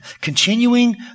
continuing